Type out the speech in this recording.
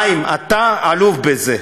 חיים, אתה אלוף בזה.